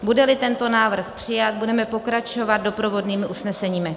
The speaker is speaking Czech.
Budeli tento návrh přijat, budeme pokračovat doprovodnými usneseními.